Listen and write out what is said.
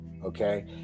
Okay